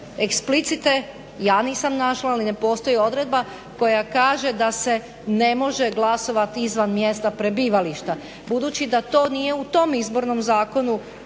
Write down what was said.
eksplicite, ja nisam našla ali ne postoji odredba koja kaže da se ne može glasovati izvan mjesta prebivališta. Budući da to nije u tom Izbornom zakonu